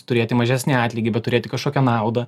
turėti mažesnį atlygį bet turėti kažkokią naudą